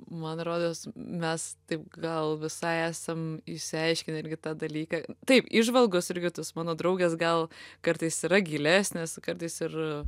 man rodos mes taip gal visai esam išsiaiškinę irgi tą dalyką taip įžvalgos irgi tos mano draugės gal kartais yra gilesnės kartais ir